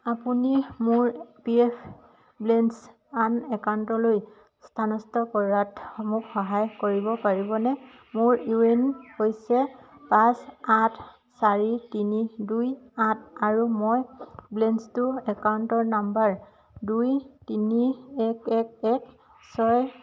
আপুনি মোৰ P F balance আন একাউণ্টলৈ স্থানান্তৰ কৰাত মোক সহায় কৰিব পাৰিবনে মোৰ ইউ এন হৈছে পাঁচ আঠ চাৰি তিনি দুই আঠ আৰু মই বেলেন্সটো একাউণ্টৰ নম্বৰ দুই তিনি এক এক এক ছয়